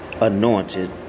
anointed